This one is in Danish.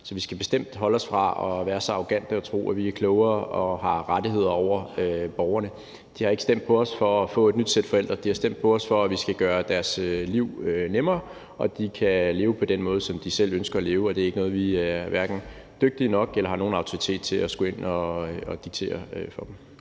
Så vi skal bestemt holde os fra at være så arrogante at tro, at vi er klogere end og har rettigheder i forhold til borgerne. De har ikke stemt på os for at få et nyt sæt forældre; de har stemt på os, for at vi skal gøre deres liv nemmere, og så de kan leve på den måde, som de selv ønsker at leve. Og det er vi hverken dygtige nok til eller med nogen autoritet i forhold til at skulle ind at diktere. Kl.